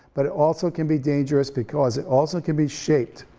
but it also can be dangerous because it also can be shaped,